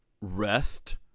rest